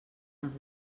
els